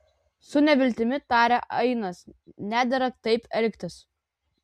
su neviltimi tarė ainas nedera taip elgtis